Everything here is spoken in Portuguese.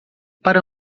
para